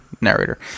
narrator